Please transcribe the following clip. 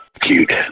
Cute